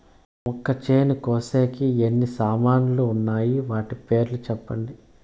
మొక్కచేను కోసేకి ఎన్ని సామాన్లు వున్నాయి? వాటి పేర్లు సెప్పండి?